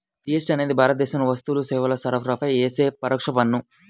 GST అనేది భారతదేశంలో వస్తువులు, సేవల సరఫరాపై యేసే పరోక్ష పన్ను